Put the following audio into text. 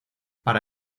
para